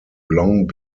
long